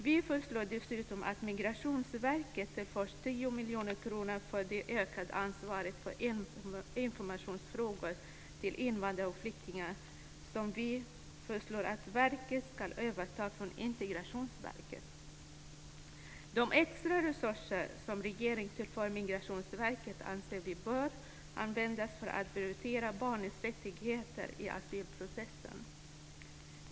Vi föreslår dessutom att Migrationsverket tillförs 10 miljoner kronor för det ökade ansvar för information till invandrare och flyktingar som vi föreslår att verket ska överta från Integrationsverket. De extra resurser som regeringen tillför Migrationsverket anser vi bör användas för att prioritera barnens rättigheter i asylprocessen.